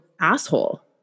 asshole